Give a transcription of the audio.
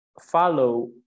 follow